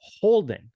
holding